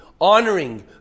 honoring